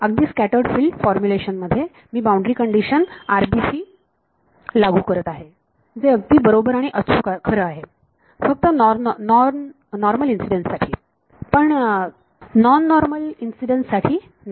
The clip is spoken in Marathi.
अगदी स्कॅटर्ड फिल्ड फॉर्मुलेशन मध्ये मी बाउंड्री कंडीशन RBC लागू करत आहे जे अगदी बरोबर आणि अचूक खरे आहे फक्त नॉर्मल इन्सिडेन्स साठी पण नॉन नॉर्मल इन्सिडेन्स साठी नाही